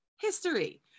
history